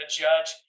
judge